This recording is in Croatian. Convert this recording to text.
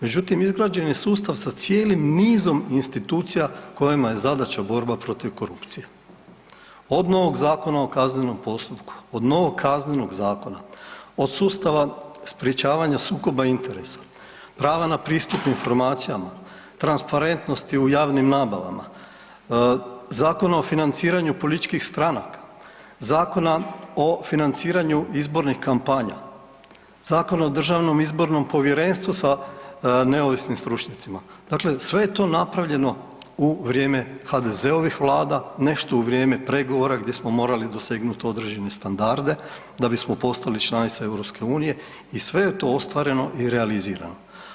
Međutim, izgrađen je sustav sa cijelim nizom institucija kojima je zadaća borba protiv korupcije od novog Zakona o kaznenom postupku, od novog Kaznenog zakona, od sustava sprječavanja sukoba interesa, prava na pristup informacijama, transparentnosti u javnim nabavama, Zakona o financiranju političkih stranaka, Zakona o financiranju izbornih kampanja, Zakona o državnom izbornom povjerenstvu sa neovisnim stručnjacima, dakle sve je to napravljeno u vrijeme HDZ-ovih vlada, nešto u vrijeme pregovora gdje smo morali dosegnuti određene standarde da bismo postali članica EU i sve je to ostvareno i realizirano.